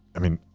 i mean,